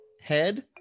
head